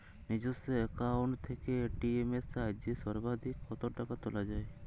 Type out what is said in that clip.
নিজস্ব অ্যাকাউন্ট থেকে এ.টি.এম এর সাহায্যে সর্বাধিক কতো টাকা তোলা যায়?